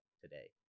today